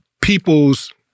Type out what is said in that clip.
people's